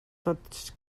tots